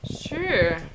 Sure